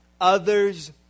others